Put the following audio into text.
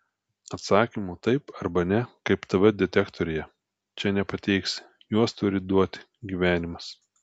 atsakymų taip arba ne kaip tv detektoriuje čia nepateiksi juos turi duoti gyvenimas